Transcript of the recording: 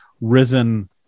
risen